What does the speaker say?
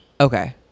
Okay